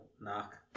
knock